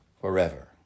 forever